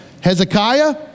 Hezekiah